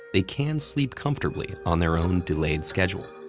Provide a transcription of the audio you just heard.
they can sleep comfortably on their own delayed schedule.